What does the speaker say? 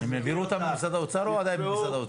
העבירו אותם למשרד האוצר?